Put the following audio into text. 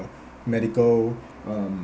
medical um